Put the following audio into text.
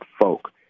folk